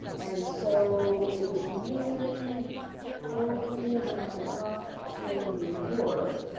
and so it was really only when i got to new york,